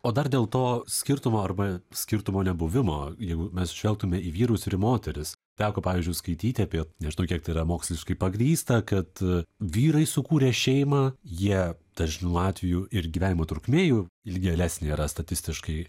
o dar dėl to skirtumo arba skirtumo nebuvimo jeigu mes žvelgtume į vyrus ir į moteris teko pavyzdžiui skaityti apie nežinau kiek tai yra moksliškai pagrįsta kad vyrai sukūrę šeimą jie dažnu atveju ir gyvenimo trukmė jų ilgėlesnė yra statistiškai